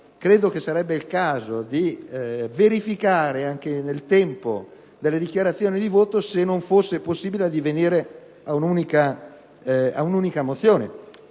Credo che sarebbe il caso di verificare - anche al momento delle dichiarazioni di voto - se non ci sia la possibilità di addivenire a un' unica mozione.